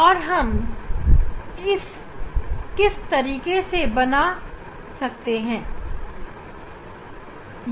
और हम इसे किस तरीके से बना सकते हैं